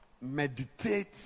meditate